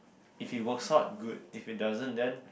if it works hot good if it doesn't then